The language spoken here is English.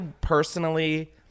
personally